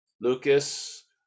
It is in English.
Lucas